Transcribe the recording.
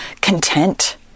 content